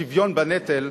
ושוויון בנטל,